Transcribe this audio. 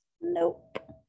nope